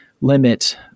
limit